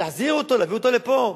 להחזיר אותו, להביא אותו לפה.